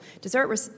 dessert